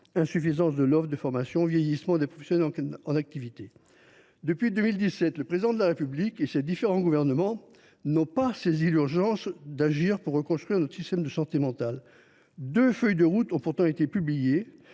insuffisance de l’offre de formation et vieillissement des professionnels en activité. Or, depuis 2017, ni le Président de la République ni ses gouvernements successifs n’ont mesuré l’urgence d’agir pour reconstruire notre système de santé mentale ; deux feuilles de route ont certes été publiées,